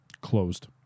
Closed